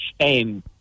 Shame